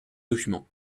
documents